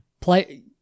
play